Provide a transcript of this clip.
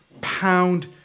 Pound